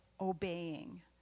obeying